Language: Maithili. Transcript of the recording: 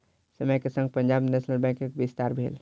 समय के संग पंजाब नेशनल बैंकक विस्तार भेल